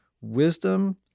wisdom